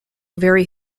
very